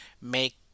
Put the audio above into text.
make